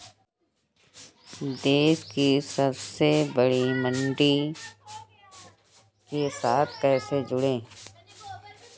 देश की सबसे बड़ी मंडी के साथ कैसे जुड़ें?